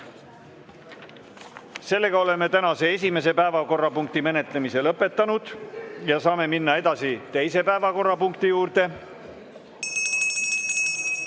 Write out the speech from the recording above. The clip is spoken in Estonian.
Sellega oleme tänase esimese päevakorrapunkti menetlemise lõpetanud ja saame minna edasi teise päevakorrapunkti juurde.